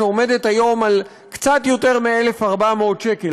שעומדת היום על קצת יותר מ-1,400 שקל.